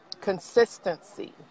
consistency